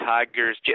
Tigers